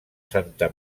santa